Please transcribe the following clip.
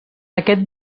aquest